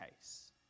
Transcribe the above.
case